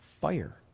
fire